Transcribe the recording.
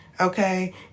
Okay